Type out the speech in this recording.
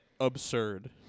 absurd